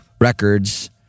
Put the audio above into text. records